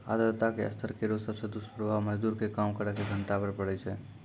आर्द्रता के स्तर केरो सबसॅ दुस्प्रभाव मजदूर के काम करे के घंटा पर पड़ै छै